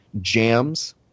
Jams